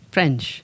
French